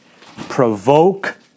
provoke